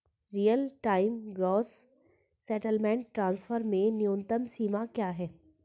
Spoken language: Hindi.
Real time gross settlement transfer में न्यूनतम सीमा क्या है?